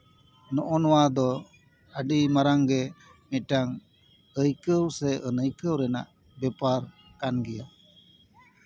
ᱱᱚᱜᱼᱚ ᱱᱚᱶᱟ ᱫᱚ ᱟᱹᱰᱤ ᱢᱟᱨᱟᱝ ᱜᱮ ᱢᱤᱫᱴᱟᱝ ᱟᱹᱭᱠᱟᱹᱣ ᱥᱮ ᱟᱹᱱᱟᱹᱭᱠᱟᱹᱣ ᱨᱮᱱᱟᱜ ᱵᱮᱯᱟᱨ ᱠᱟᱱ ᱜᱮᱭᱟ